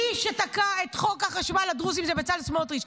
מי שתקע את חוק החשמל לדרוזים הוא בצלאל סמוטריץ'.